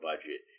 budget